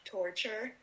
torture